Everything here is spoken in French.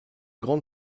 grande